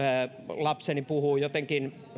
lapseni puhuu jotenkin